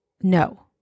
No